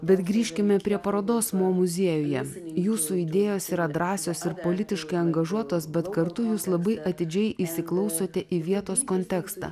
bet grįžkime prie parodos mo muziejuje jūsų idėjos yra drąsios ir politiškai angažuotos bet kartu jūs labai atidžiai įsiklausote į vietos kontekstą